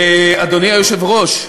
אדוני היושב-ראש,